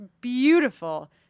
beautiful